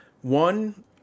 one